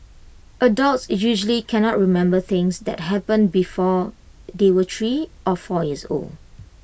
adults usually cannot remember things that happened before they were three or four years old